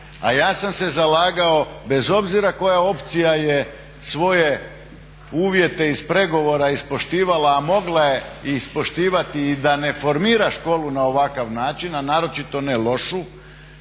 A ja sam se zalagao bez obzira koja opcija je svoje uvjete iz pregovora ispoštivala, a mogla je ispoštivati i da ne formira školu na ovakav način, a naročito ne školu